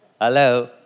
Hello